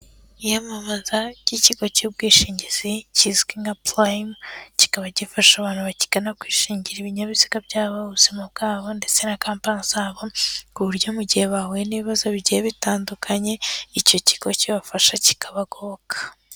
Iyamamaza ry'ikigo cy'ubwishingizi kizwi nka PRIME, kikaba gifasha abantu bakigana kwishingira ibinyabiziga byabo, ubuzima bwabo ndetse na kampani zabo, ku buryo mu gihe bahuye n'ibibazo bigiye bitandukanye, icyo kigo kibafasha kikabagoboka.